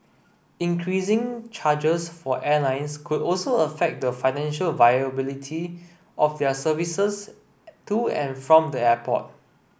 increasing charges for airlines could also affect the financial viability of their services to and from the airport